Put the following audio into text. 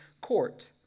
court